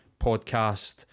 podcast